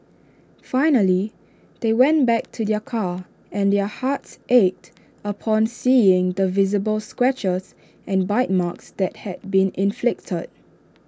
finally they went back to their car and their hearts ached upon seeing the visible scratches and bite marks that had been inflicted